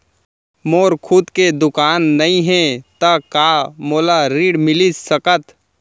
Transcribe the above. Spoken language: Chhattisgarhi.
मोर अपन खुद के दुकान नई हे त का मोला ऋण मिलिस सकत?